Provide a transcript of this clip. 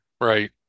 right